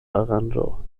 aranĝo